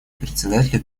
председатели